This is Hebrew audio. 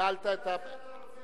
אז בגלל זה אתה רוצה להתנכל?